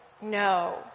no